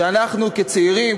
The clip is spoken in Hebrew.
שאנחנו כצעירים,